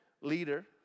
leader